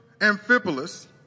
Amphipolis